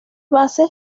base